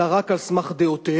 אלא רק על סמך דעותיהם.